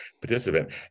participant